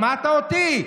שמעת אותי?